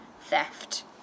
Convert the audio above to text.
theft